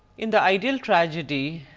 in the ideal tragedy,